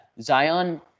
Zion